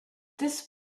this